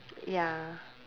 ya